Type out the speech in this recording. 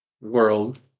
world